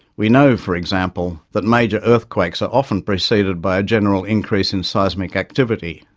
we know, for example, that major earthquakes are often preceded by a general increase in seismic activity,